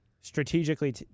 strategically